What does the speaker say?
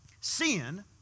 Sin